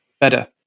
better